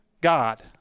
God